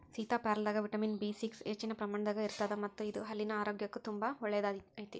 ಸೇತಾಪ್ಯಾರಲದಾಗ vitamin B six ಹೆಚ್ಚಿನ ಪ್ರಮಾಣದಾಗ ಇರತ್ತದ ಮತ್ತ ಇದು ಹಲ್ಲಿನ ಆರೋಗ್ಯಕ್ಕು ತುಂಬಾ ಒಳ್ಳೆಯದೈತಿ